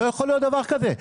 לא יכול להיות דבר כזה.